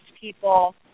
people